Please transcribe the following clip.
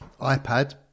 iPad